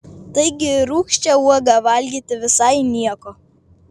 taigi ir rūgščią uogą valgyti visai nieko